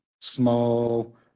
small